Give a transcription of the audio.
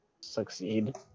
succeed